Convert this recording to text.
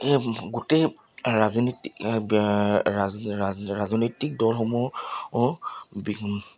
এই গোটেই ৰাজনীতি ৰাজনৈতিক দলসমূহ